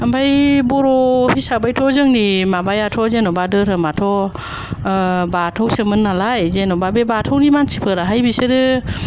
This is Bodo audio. ओमफ्राइ बर' हिसाबैथ' जोंनि माबायाथ' जेन'बा धोरोमाथ' ओ बाथौसोमोन नालाय जेन'बा बे बाथौनि मानसिफोराहाय बिसोरो